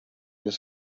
las